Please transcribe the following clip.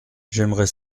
j’aimerais